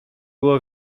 było